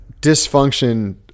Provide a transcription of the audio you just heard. dysfunction